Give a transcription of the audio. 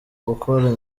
gukora